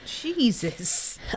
Jesus